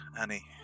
Annie